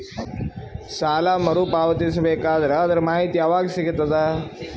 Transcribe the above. ಸಾಲ ಮರು ಪಾವತಿಸಬೇಕಾದರ ಅದರ್ ಮಾಹಿತಿ ಯವಾಗ ಸಿಗತದ?